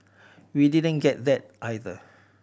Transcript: we didn't get that either